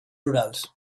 rurals